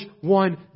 one